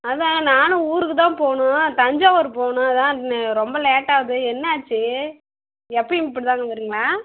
அதுதான் நானும் ஊருக்கு தான் போகணும் தஞ்சாவூரு போகணும் அதுதான் நே ரொம்ப லேட் ஆகுது என்னாச்சு எப்போயும் இப்படிதாங்க வருமா